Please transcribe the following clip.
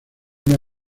una